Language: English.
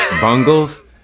bungles